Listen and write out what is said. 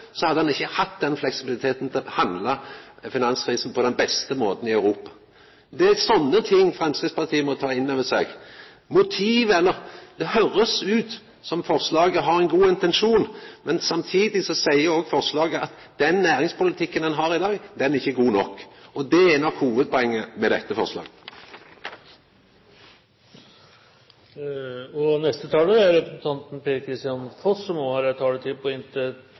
på den beste måten i Europa. Det er sånne ting Framstegspartiet må ta inn over seg. Det høyrest ut som om forslaget har ein god intensjon, men samtidig seier òg forslaget at den næringspolitikken ein har i dag, ikkje er god nok. Det er nok hovudpoenget med dette forslaget. Jeg skal ikke blande meg inn i diskusjonen mellom SV og Fremskrittspartiet om hvem som har vært med på flest reformer. Jeg må bare minne SV og ikke minst representanten Langeland, som har lang fartstid på